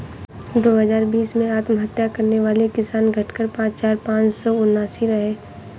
दो हजार बीस में आत्महत्या करने वाले किसान, घटकर पांच हजार पांच सौ उनासी रहे